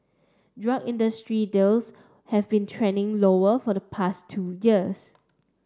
drug industry deals have been trending lower for the past two years